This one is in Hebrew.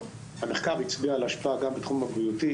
המחקר הצביע על השפעה גם בתחום הבריאות,